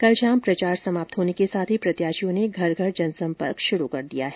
कल शाम प्रचार समाप्त होने के साथ ही प्रत्याशियों ने घर घर जनसंपर्क शुरू कर दिया है